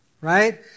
right